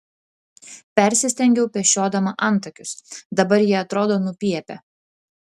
persistengiau pešiodama antakius dabar jie atrodo nupiepę